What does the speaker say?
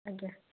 ଆଜ୍ଞା